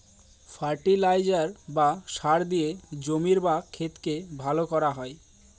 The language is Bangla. ফার্টিলাইজার বা সার দিয়ে জমির বা ক্ষেতকে ভালো করা হয়